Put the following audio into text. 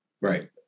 Right